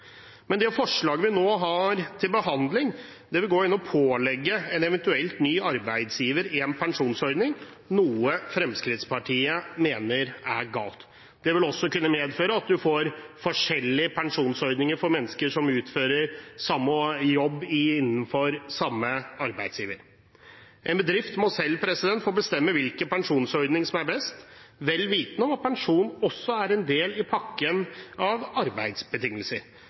Det forslaget vi nå har til behandling, vil gå inn og pålegge en eventuell ny arbeidsgiver en pensjonsordning, noe Fremskrittspartiet mener er galt. Det vil også kunne medføre at man får forskjellige pensjonsordninger for mennesker som utfører samme jobb for samme arbeidsgiver. En bedrift må selv få bestemme hvilken pensjonsordning som er best, vel vitende om at pensjon også er en del av pakken av arbeidsbetingelser.